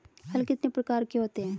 हल कितने प्रकार के होते हैं?